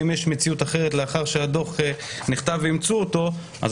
אם יש מציאות אחרת לאחר שהדוח נכתב ואימצו אותו אז